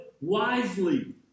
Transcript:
wisely